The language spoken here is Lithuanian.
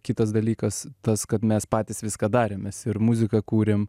kitas dalykas tas kad mes patys viską darėm mes ir muziką kūrėm